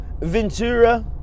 Ventura